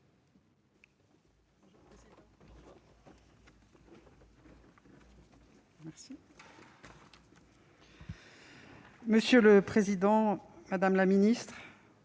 Monsieur le président, madame la ministre,